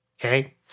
Okay